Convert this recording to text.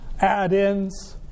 add-ins